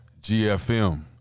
GFM